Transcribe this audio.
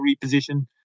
reposition